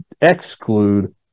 exclude